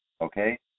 Okay